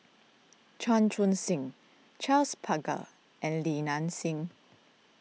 Chan Chun Sing Charles Paglar and Li Nanxing